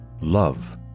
love